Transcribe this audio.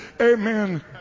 Amen